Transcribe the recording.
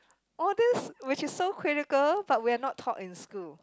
all these which is so critical but we're not taught in school